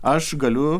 aš galiu